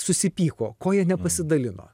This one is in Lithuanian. susipyko ko jie nepasidalino